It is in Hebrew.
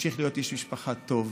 תמשיך להיות איש משפחה טוב,